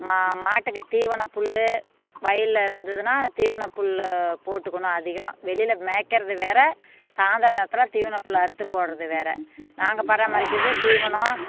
மா மாட்டுக்கு தீவனம் புல் வயலில் இருந்ததுனால் தீவன புல்லை போட்டுக்கணும் அதிகம் வெளியில் மேய்க்கிறது வேறு சாயந்திர நேரத்தில் தீவன புல்லை அறுத்து போடுறது வேறு நாங்கள் பராமரிக்கிறது தீவனம்